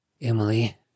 Emily